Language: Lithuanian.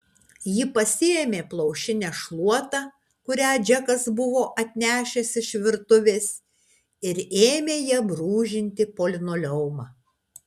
ji pasiėmė plaušinę šluotą kurią džekas buvo atnešęs iš virtuvės ir ėmė ja brūžinti po linoleumą